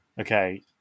Okay